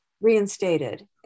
reinstated